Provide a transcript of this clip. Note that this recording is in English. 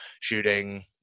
shooting